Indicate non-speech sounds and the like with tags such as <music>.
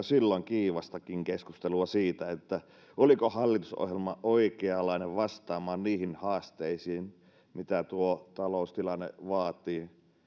<unintelligible> silloin kiivastakin keskustelua siitä oliko hallitusohjelma oikeanlainen vastamaan niihin haasteisiin mitä tuo taloustilanne vaatii